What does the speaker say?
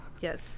Yes